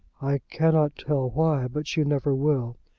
i cannot tell why, but she never will,